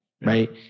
Right